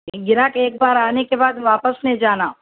گراہک ایک بار آنے کے بعد واپس نہیں جانا